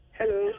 Hello